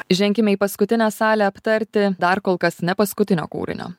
ženkime į paskutinę salę aptarti dar kol kas ne paskutinio kūrinio